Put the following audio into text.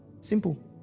simple